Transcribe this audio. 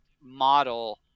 model